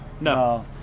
No